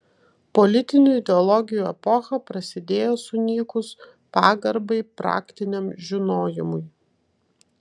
politinių ideologijų epocha prasidėjo sunykus pagarbai praktiniam žinojimui